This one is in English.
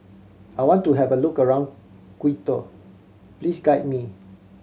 I want to have a look around Quito please guide me